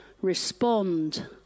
Respond